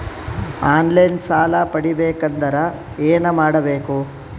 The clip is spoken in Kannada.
ಆನ್ ಲೈನ್ ಸಾಲ ಪಡಿಬೇಕಂದರ ಏನಮಾಡಬೇಕು?